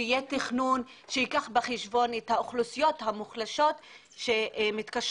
שיהיה תכנון שייקח בחשבון את האוכלוסיות המוחלשות שמתקשות